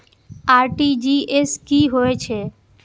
RTGS की होय छै